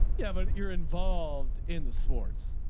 yeah but you're involved in the sports.